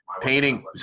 painting